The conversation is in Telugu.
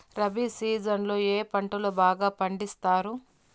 రబి సీజన్ లో ఏ పంటలు బాగా పండిస్తారు